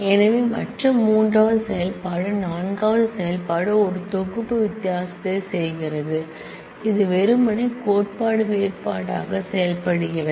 எனவே மற்ற 3 வது செயல்பாடு 4 வது செயல்பாடு ஒரு தொகுப்பு வித்தியாசத்தை செய்கிறது இது வெறுமனே கோட்பாட்டு வேறுபாடாக செயல்படுகிறது